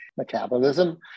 Metabolism